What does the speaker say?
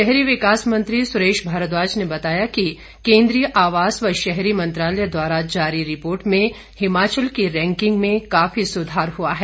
शहरी विकास मन्त्री सुरेश भारद्वाज ने बताया कि केंद्रीय आवास व शहरी मंत्रालय द्वारा जारी रिपोर्ट में हिमाचल की रैकिंग में काफी सुधार हुआ है